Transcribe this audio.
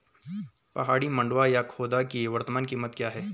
पहाड़ी मंडुवा या खोदा की वर्तमान कीमत क्या है?